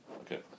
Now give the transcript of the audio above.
Okay